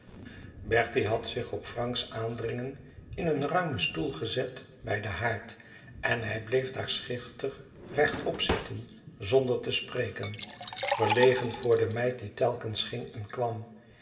bertie had zich op franks aandringen in een ruimen stoel gezet bij den haard en hij bleef daar schichtig rechtop zitten zonder te spreken verlegen voor de meid die telkens ging en kwam